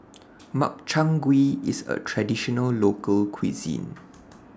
Makchang Gui IS A Traditional Local Cuisine